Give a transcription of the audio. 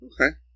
Okay